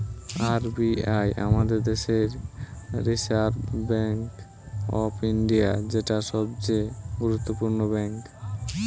R B I আমাদের দেশের reserve bank of India, যেটা সবচে গুরুত্বপূর্ণ ব্যাঙ্ক